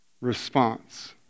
response